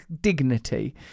dignity